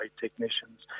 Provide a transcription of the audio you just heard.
technicians